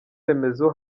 remezo